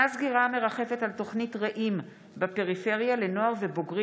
נוסף על כך הונחו